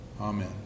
Amen